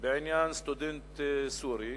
בעניין סטודנט סורי